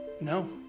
No